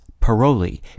paroli